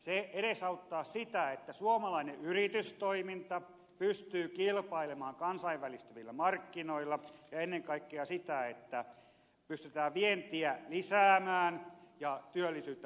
se edesauttaa sitä että suomalainen yritystoiminta pystyy kilpailemaan kansainvälistyvillä markkinoilla ja ennen kaikkea sitä että pystytään vientiä lisäämään ja työllisyyttä tarjoamaan